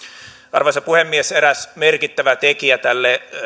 arvoisa puhemies eräs merkittävä tekijä tälle